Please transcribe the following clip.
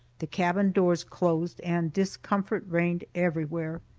the cabin doors closed, and discomfort reigned everywhere.